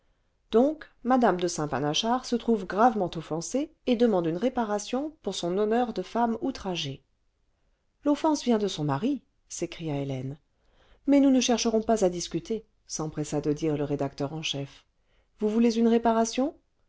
donc m de saintpanachard se trouve gravement offensée et demande une réparation pour son honneur dé femme outragé l'offense vient de son mari s'écria hélène mais nous ne chercherons pas à discuter s'empressa de dire le rédacteur en chef vous voulez une réparation